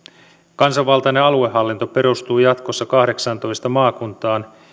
kansanvaltainen aluehallinto perustuu jatkossa kahdeksaantoista maakuntaan